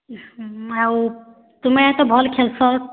ହୁଁ ଆଉ ତୁମେ ତ ଭଲ୍ ଖେଲ୍ସ